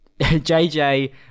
JJ